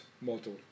model